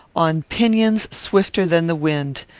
on pinions swifter than the wind.